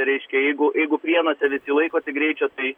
reiškia jeigu jeigu prienuose visi laikosi greičio tai